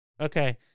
Okay